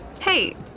Hey